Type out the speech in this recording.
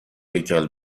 هیکل